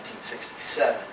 1967